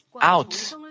out